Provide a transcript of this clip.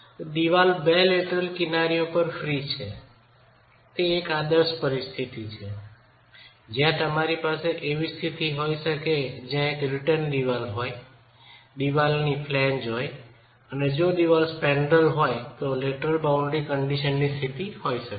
દીવાલ બે લેટરલ કિનારીઓ પર ફ્રી છે તે એક આદર્શ પરિસ્થિતિ છે જ્યાં તમારી પાસે એવી સ્થિતિ હોઈ શકે છે જ્યાં એક રિટન દીવાલ હોય દીવાલ ફ્લેન્જ હોય અને જો દિવાલ સ્પેન્ડ્રલ હોય તો લેટરલ બાઉન્ડ્રી કન્ડિશનની સ્થિતિ હોઈ શકે છે